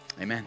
amen